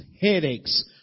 headaches